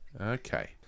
Okay